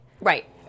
Right